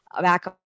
back